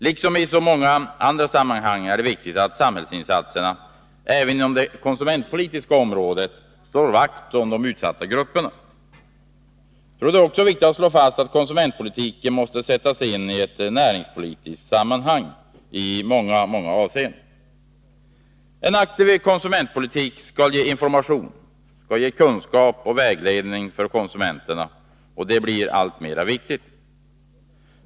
Liksom i så många andra sammanhang är det viktigt att samhällets insatser — även inom det konsumentpolitiska området — slår vakt om utsatta grupper. Det är också viktigt att konsumentpolitiken sätts in i ett näringspolitiskt sammanhang i många avseenden. En aktiv konsumentpolitik skall ge information, kunskap och vägledning för konsumenterna. Det blir allt viktigare.